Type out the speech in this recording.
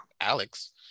Alex